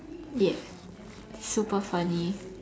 ya super funny